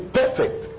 perfect